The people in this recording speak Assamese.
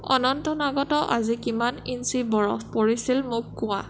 অনন্তনাগত আজি কিমান ইঞ্চি বৰফ পৰিছিল মোক কোৱা